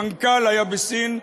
המנכ"ל היה בסין.